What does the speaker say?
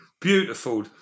beautiful